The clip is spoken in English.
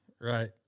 right